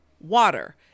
water